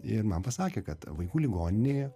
ir man pasakė kad vaikų ligoninėje